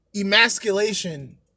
emasculation